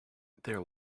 their